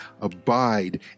abide